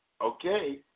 Okay